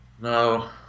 No